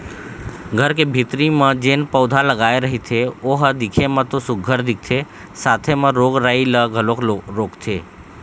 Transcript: घर के भीतरी म जेन पउधा लगाय रहिथे ओ ह दिखे म तो सुग्घर दिखथे साथे म रोग राई ल घलोक रोकथे